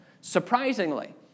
surprisingly